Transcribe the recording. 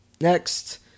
Next